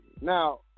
Now